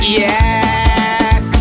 yes